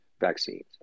vaccines